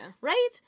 Right